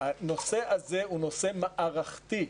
זה נושא מערכתי.